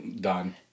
done